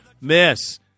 miss